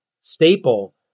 staple